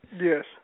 Yes